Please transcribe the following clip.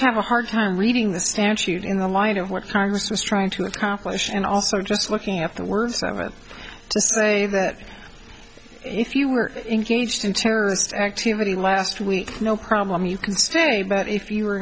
have a hard time reading the statute in the line of what congress was trying to accomplish and also just looking at the words i want to say that if you were engaged in terrorist activity last week no problem you can stay but if you